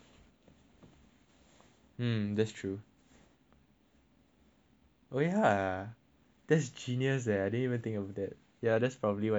hmm that's true oh ya that's genius eh I didn't even think of that ya that's probably why they asked us to clap